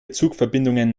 zugverbindungen